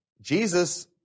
Jesus